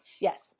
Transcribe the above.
Yes